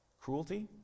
cruelty